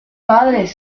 padres